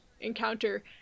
encounter